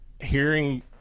hearing